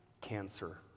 cancer